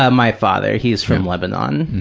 ah my father. he's from lebanon.